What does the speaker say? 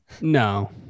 No